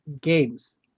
games